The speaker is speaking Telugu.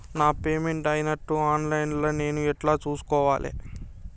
నా పేమెంట్ అయినట్టు ఆన్ లైన్ లా నేను ఎట్ల చూస్కోవాలే?